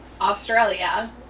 Australia